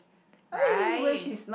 right